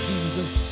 Jesus